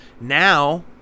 now